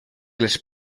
les